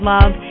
Love